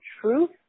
truth